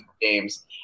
games